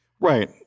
Right